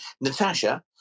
Natasha